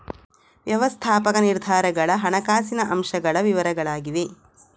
ವ್ಯವಸ್ಥಾಪಕ ನಿರ್ಧಾರಗಳ ಹಣಕಾಸಿನ ಅಂಶಗಳ ವಿವರಗಳಾಗಿವೆ